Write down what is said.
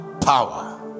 power